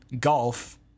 golf